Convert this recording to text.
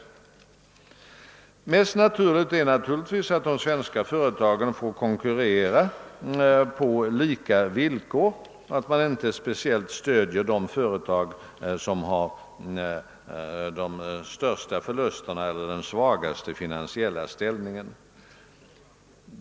Det mest naturliga är givetvis att de svenska företagen får konkurrera på lika villkor och att man inte stöder de företag speciellt som uppvisar de största förlusterna eller som har den svagaste finansiella ställningen.